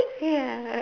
ya